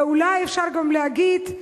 ואולי אפשר גם להגיד: